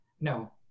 No